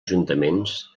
ajuntaments